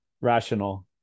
rational